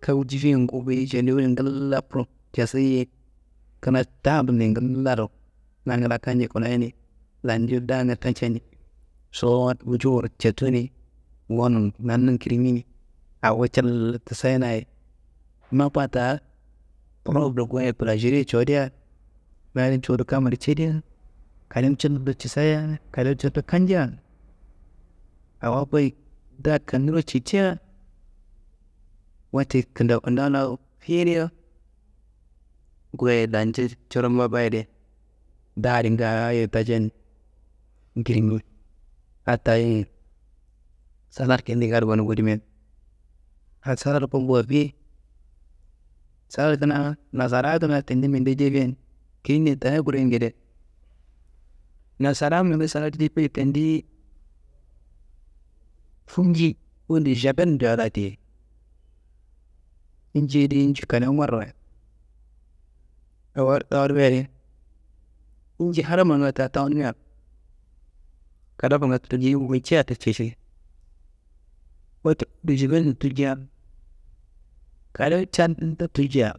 Kawu difiyengu geyi šendiwuš ngilla prop casayiye. Kina dabni ngillaro nangu la kanjo koloyeni, lanju dangu tanceni sobowo adiro njuwuro cottuni, gonun nannun krimini awo cal tisayinaye, mappa ta propuro goye bulanjeri codiya, nadin cuwudu kam adi cedea kalewu callo cisaya, kalewu callo kanjian awo goyi da konnuro cittia. Wote kindawu kindawu la fiyiria goye lanca coro mappa yedi da adi ngaaye taceni girimi adi ta yeyi. Salad kindangaro gonun kudimiye, a salad ukumbuwa fiyi. Salad kina nasarayi kina tendi minde jefiyan keyende ta kure ngede. Nasara minde salad jefiye tendiyiye funji o de jabelnji a la diye, inji yedi inji kalewu marrawayit, sobowo adi ta rimi adi inji haramanga ta tawunimea kadafanga tiliyi wuncadi caseyi. Wette o de jabelin tulja kalewu callo tulja.